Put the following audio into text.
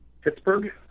Pittsburgh